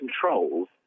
controls